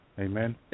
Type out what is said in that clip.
Amen